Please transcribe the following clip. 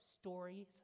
stories